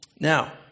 Now